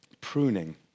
Pruning